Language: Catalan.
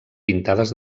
pintades